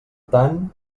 tant